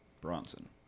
Bronson